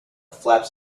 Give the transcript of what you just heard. flaps